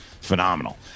phenomenal